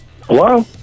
Hello